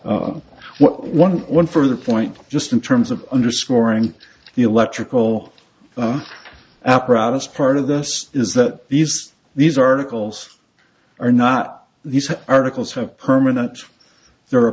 one one for the point just in terms of underscoring the electrical apparatus part of this is that these these articles are not these articles have permanent they're a